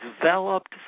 developed